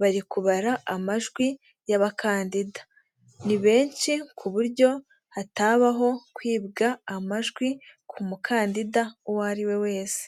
bari kubara amajwi y'ababakandida ni benshi kuburyo hatabaho kwibwa amajwi ku mukandida uwo ari we wese.